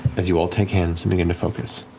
as you all take hands and begin to focus,